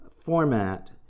format